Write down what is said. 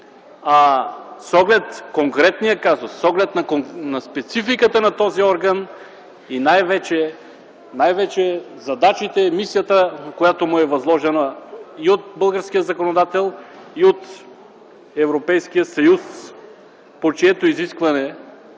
с оглед на спецификата на този орган и най-вече задачите, мисията, която му е възложена и от българския законодател, и от Европейския съюз, по чието